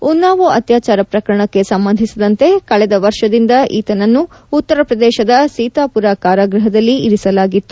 ಉನ್ನಾವೊ ಅತ್ಯಾಚಾರ ಪ್ರಕರಣಕ್ಕೆ ಸಂಬಂಧಿಸಿದಂತೆ ಕಳೆದ ವರ್ಷದಿಂದ ಈತನನ್ನು ಉತ್ತರ ಪ್ರದೇಶದ ಸೀತಾಪುರ ಕಾರಾಗೃಹದಲ್ಲಿ ಇರಿಸಲಾಗಿತ್ತು